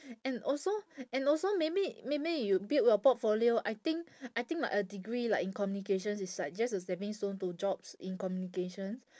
and also and also maybe maybe you build your portfolio I think I think like a degree like in communications is like just a stepping stone to jobs in communications